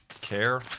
care